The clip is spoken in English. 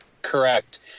Correct